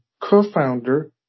co-founder